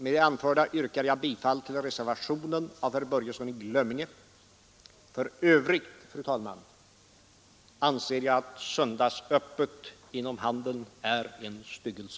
Med det anförda yrkar jag bifall till reservationen av herr Börjesson i Glömminge. För övrigt, fru talman, anser jag söndagsöppet inom handeln vara en styggelse.